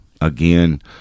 Again